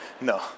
no